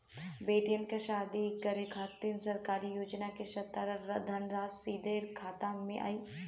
बेटियन के शादी करे के खातिर सरकारी योजना के तहत धनराशि सीधे खाता मे आई?